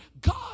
God